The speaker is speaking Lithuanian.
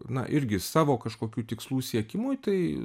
na irgi savo kažkokių tikslų siekimui tai